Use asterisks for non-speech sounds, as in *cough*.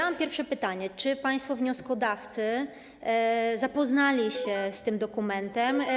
Mam pierwsze pytanie: Czy państwo wnioskodawcy zapoznali się *noise* z tym dokumentem?